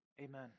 Amen